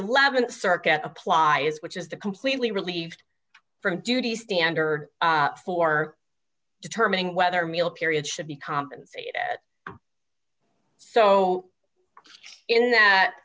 th circuit applies which is the completely relieved from duty standard for determining whether meal periods should be compensated so in that